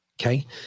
okay